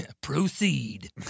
Proceed